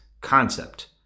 concept